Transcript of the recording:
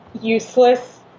useless